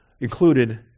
included